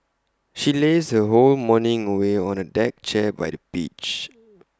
she lazed her whole morning away on A deck chair by the beach